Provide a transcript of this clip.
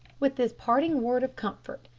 with this parting word of comfort,